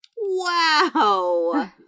Wow